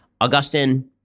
Augustine